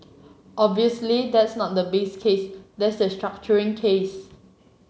obviously that's not the base case that's the structuring case